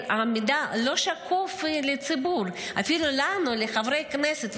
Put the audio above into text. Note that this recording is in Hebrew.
המידע לא שקוף לציבור, אפילו לנו, לחברי הכנסת.